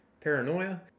paranoia